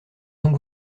donc